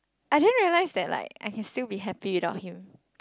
I didn't realize that like I can still be happy without him